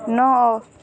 ନଅ